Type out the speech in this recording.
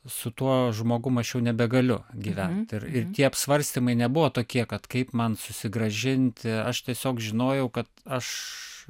su tuo žmogum aš jau nebegaliu gyvent ir ir tie apsvarstymai nebuvo tokie kad kaip man susigrąžinti aš tiesiog žinojau kad aš